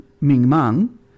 Ming-Mang